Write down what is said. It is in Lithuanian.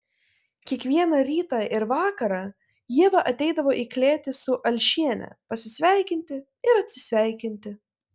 kiekvieną rytą ir vakarą ieva ateidavo į klėtį su alšiene pasisveikinti ir atsisveikinti